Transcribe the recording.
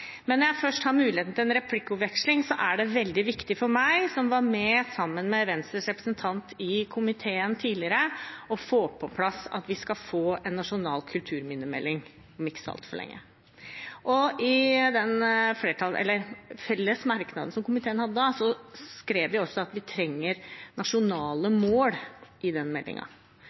Men når jeg først har muligheten i en replikkveksling, er det veldig viktig for meg, som var sammen med Venstres representant i komiteen om det tidligere, å få på plass at vi skal få en nasjonal kulturminnemelding om ikke så altfor lenge. I den felles merknaden som komiteen hadde da, skrev vi også at vi trenger nasjonale mål i den